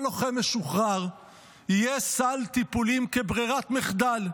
כל לוחם משוחרר יהיה סל טיפולים כברירת מחדל,